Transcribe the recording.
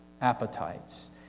appetites